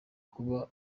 kuba